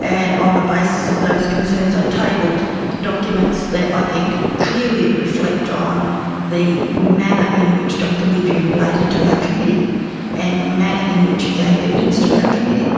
and on the basis of those concerns i tabled documents that i think clearly reflect on the manner in which dr levy related to our committee and the manner in which he gave evidence to our committee.